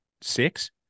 six